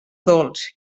dolç